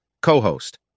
Co-host